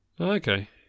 Okay